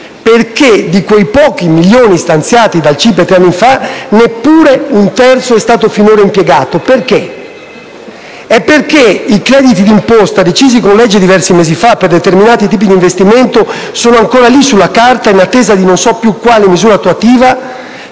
Perché di quei pochi milioni stanziati dal CIPE tre anni fa neppure un terzo è stato finora impiegato? Perché? E perché i crediti d'imposta, decisi con legge diversi mesi fa, per determinati tipi d'investimento sono ancora sulla carta, in attesa di non so più quale misura attuativa,